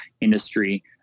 industry